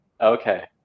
Okay